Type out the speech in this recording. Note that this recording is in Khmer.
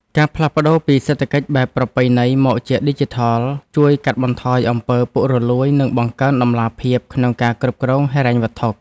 ការផ្លាស់ប្តូរពីសេដ្ឋកិច្ចបែបប្រពៃណីមកជាឌីជីថលជួយកាត់បន្ថយអំពើពុករលួយនិងបង្កើនតម្លាភាពក្នុងការគ្រប់គ្រងហិរញ្ញវត្ថុ។